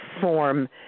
form